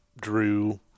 Drew